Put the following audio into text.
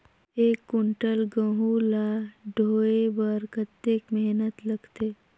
एक कुंटल गहूं ला ढोए बर कतेक मेहनत लगथे?